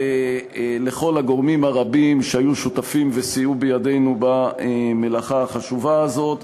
לכל הגורמים הרבים שהיו שותפים וסייעו בידינו במלאכה החשובה הזאת.